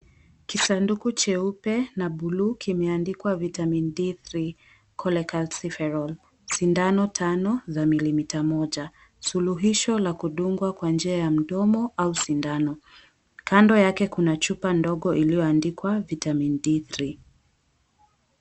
Kisanduku cheupe na buluu kimeandikwa, "Vitamin D3 Cholecalciferol. Sindano tano za za milimita moja. Suluhisho la kudungwa kwa njia ya mdomo au sindano". Kando yake kuna chupa ndogo iliyoandikwa, "Vitamin D3".